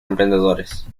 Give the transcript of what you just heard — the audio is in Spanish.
emprendedores